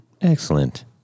Excellent